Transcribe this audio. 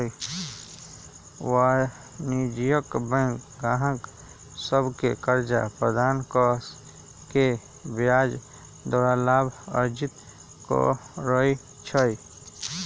वाणिज्यिक बैंक गाहक सभके कर्जा प्रदान कऽ के ब्याज द्वारा लाभ अर्जित करइ छइ